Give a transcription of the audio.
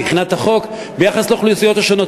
מבחינת החוק ביחס לאוכלוסיות שונות.